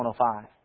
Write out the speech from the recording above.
105